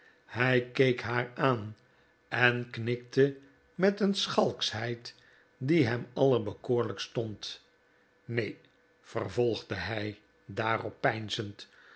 hij keek haar aan en knikte met een schalkschheid die hem allerbekoorlijkst stond neen vervolgde hij daarop